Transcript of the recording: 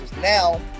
now